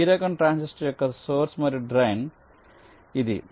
P రకం transistor యొక్క source మరియు డ్రాయిన్ ఇది